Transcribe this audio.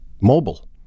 mobile